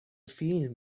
فیلم